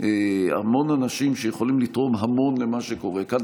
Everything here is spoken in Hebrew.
המון אנשים שיכולים לתרום המון למה שקורה כאן.